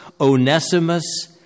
Onesimus